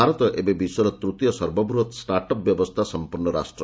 ଭାରତ ଏବେ ବିଶ୍ୱର ତୂତୀୟ ସର୍ବବୃହତ ଷ୍ଟାର୍ଟ୍ ଅପ୍ ବ୍ୟବସ୍ଥା ସଂପନ୍ନ ରାଷ୍ଟ୍ର